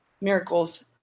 miracles